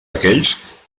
aquells